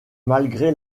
malgré